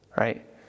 right